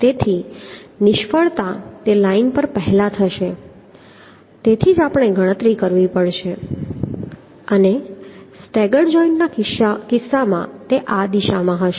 તેથી નિષ્ફળતા તે લાઇન પર પહેલા થશે તેથી જ આપણે ગણતરી કરવી પડશે અને સ્ટેગર્ડ જોઈન્ટના કિસ્સામાં તે દિશા હશે